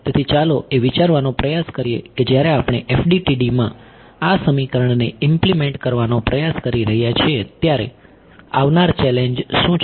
તેથી ચાલો એ વિચારવાનો પ્રયાસ કરીએ કે જ્યારે આપણે FDTD માં આ સમીકરણને ઈમ્પ્લીમેંટ કરવાનો પ્રયાસ કરી રહ્યા છીએ ત્યારે આવનાર ચેલેન્જ શું છે